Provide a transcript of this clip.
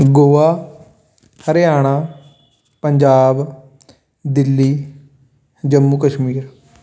Goa Haryana Punjab Delhi Jammu Kashmir